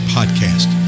Podcast